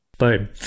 Boom